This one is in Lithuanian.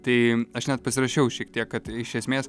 tai aš net pasirašiau šiek tiek kad iš esmės